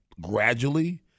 gradually